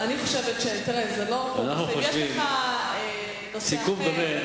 אם יש לך נושא אחר,